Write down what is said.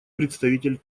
представитель